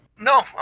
No